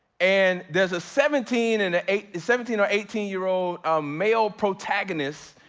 and there's a seventeen and a seventeen or eighteen year old male protagonists,